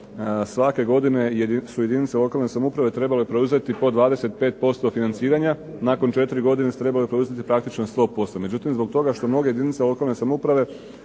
svake godine su jedinice lokalne samouprave trebale preuzeti po 25% financiranja. Nakon 4 godine su trebale preuzeti praktično 100%